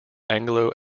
anglo